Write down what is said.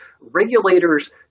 regulators